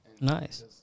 Nice